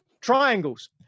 triangles